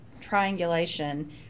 triangulation